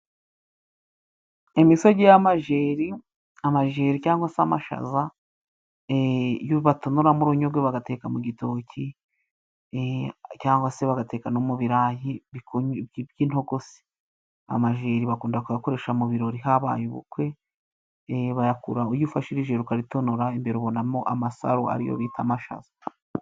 Imisogi y'amajeri, amajeri cyangwa se amashaza yo batonoramo urunyogwe bagateka mu gitoki cyangwa se bagateka no mu birayi by'intogose, amajeri bakunda kuyakoresha mu birori habaye ubukwe, bayakura he? Iyo ufashe iri jeri ukaritonora imbere ubonamo amasaro ariyo bita amashaza.